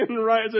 right